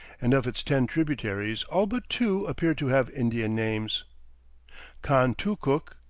and of its ten tributaries all but two appear to have indian names contoocook,